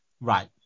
Right